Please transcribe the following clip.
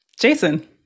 Jason